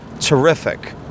terrific